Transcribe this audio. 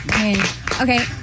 Okay